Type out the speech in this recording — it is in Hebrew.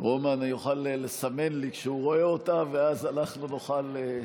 רומן יוכל לסמן לי כשהוא רואה אותה ואז אנחנו נוכל.